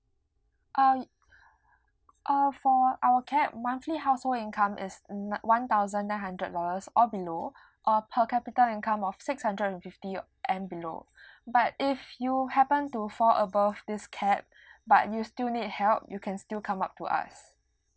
uh y~ for our cap monthly household income is ni~ one thousand nine hundred dollars or below or per capita income of six hundred and fifty and below but if you happen to fall above this cap but you still need help you can still come up to us